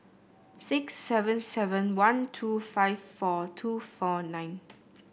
six seven seven one two five four two four nine